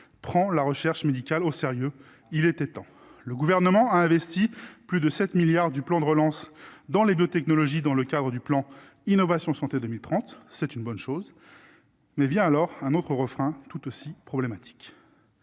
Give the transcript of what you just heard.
prend la recherche médicale au sérieux, il était temps, le gouvernement a investi plus de 7 milliards du plan de relance dans les 2 technologies dans le cadre du plan Innovation Santé 2030, c'est une bonne chose, mais vient alors un autre refrain tout aussi problématique